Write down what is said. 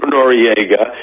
Noriega